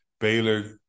Baylor